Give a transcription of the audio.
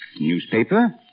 Newspaper